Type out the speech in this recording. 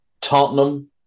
Tottenham